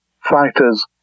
fighters